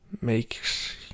makes